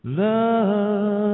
love